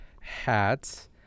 hats